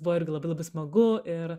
buvo irgi labai labai smagu ir